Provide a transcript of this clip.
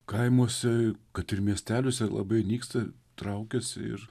kaimuose kad ir miesteliuose labai nyksta traukiasi ir